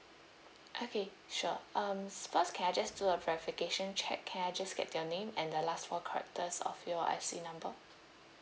okay sure um first can I just do a verification check can I just get your name and the last four characters of your I_C number